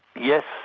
yes,